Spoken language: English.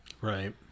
Right